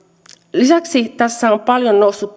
lisäksi tässä ovat paljon nousseet